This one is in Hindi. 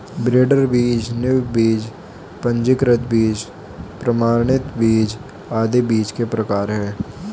ब्रीडर बीज, नींव बीज, पंजीकृत बीज, प्रमाणित बीज आदि बीज के प्रकार है